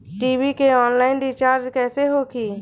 TV के online recharge कैसे होखी?